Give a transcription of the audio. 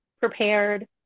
Prepared